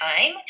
time